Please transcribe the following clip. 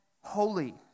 holy